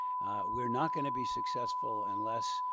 we're not gonna be successful unless,